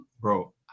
bro